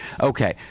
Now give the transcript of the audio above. Okay